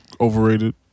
overrated